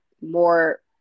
more